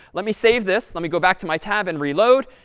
let me save this. let me go back to my tab and reload.